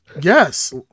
Yes